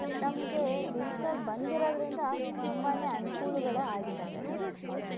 ನಮಗೆ ಡಿಜಿಟಲ್ ಬಂದಿರೋದರಿಂದ ತುಂಬಾ ಅನುಕೂಲಗಳು ಆಗಿದ್ದಾವೆ